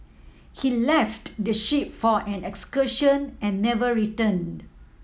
he left the ship for an excursion and never returned